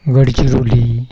Gadchiroli